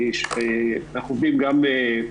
אנחנו עובדים גם,